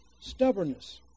stubbornness